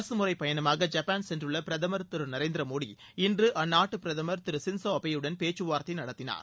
அரசு முறை பயணமாக ஜப்பான் சென்றுள்ள பிரதமர் திரு நரேந்திர மோடி இன்று அற்நாட்டு பிரதமர் திரு ஷின்சோ அபேயுடன் பேச்சுவார்த்தை நடத்தினார்